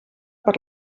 per